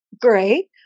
Great